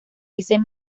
ese